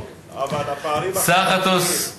בריאות, אף אחד לא דיבר על הבריאות, מגלי.